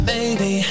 Baby